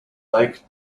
lake